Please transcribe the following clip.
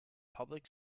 public